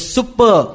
Super